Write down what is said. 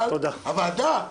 אבל הוועדה,